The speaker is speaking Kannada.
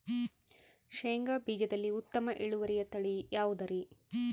ಶೇಂಗಾ ಬೇಜದಲ್ಲಿ ಉತ್ತಮ ಇಳುವರಿಯ ತಳಿ ಯಾವುದುರಿ?